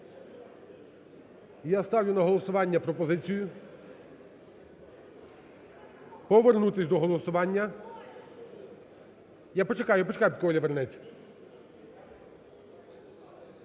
я ставлю на голосування пропозицію повернутись до голосування. Я почекаю, я почекаю, поки Оля вернеться.